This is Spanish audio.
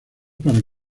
para